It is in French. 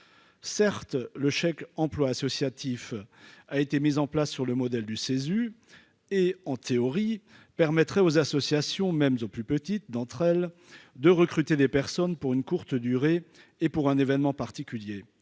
« le chèque emploi associatif a été mis en place sur le modèle du Cesu et, en théorie, il permettrait aux associations, même aux plus petites d'entre elles, de recruter des personnes pour une courte durée pour un événement particulier.